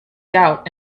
doubt